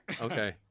Okay